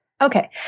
Okay